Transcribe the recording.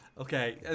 okay